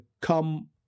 come